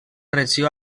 regió